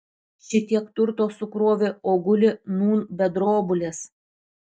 šitiek turto sukrovė o guli nūn be drobulės